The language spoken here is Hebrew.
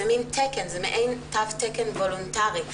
זה מעין תו תקן וולונטרי,